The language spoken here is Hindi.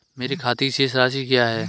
मेरे खाते की शेष राशि क्या है?